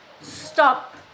Stop